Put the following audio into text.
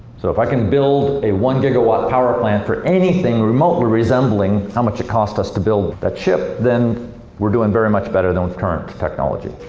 so if i can build a one gigawatt power plant for anything remotely resembling how much it cost us to build that ship, then we're doing much better than with current technology.